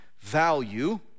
value